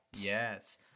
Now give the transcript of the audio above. Yes